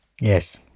Yes